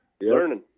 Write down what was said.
learning